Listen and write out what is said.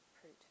fruit